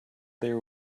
there